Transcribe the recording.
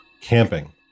camping